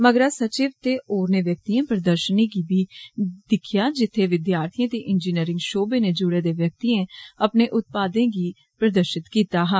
मगरा सचिव ते होरनें व्यक्तिएं प्रदर्षनी गी बी दिक्खेआ जित्थे विद्यार्थियें ते इंजीनियरें षौवे नै जुडे दे व्यक्तिएं अपने उत्पादें गी प्रदर्षित किता हा